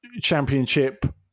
championship